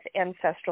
ancestral